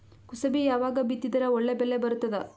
ಕುಸಬಿ ಯಾವಾಗ ಬಿತ್ತಿದರ ಒಳ್ಳೆ ಬೆಲೆ ಬರತದ?